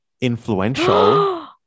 Influential